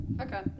Okay